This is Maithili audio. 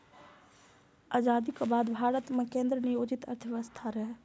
आजादीक बाद भारत मे केंद्र नियोजित अर्थव्यवस्था रहै